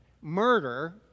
murder